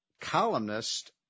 columnist